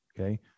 Okay